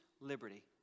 liberty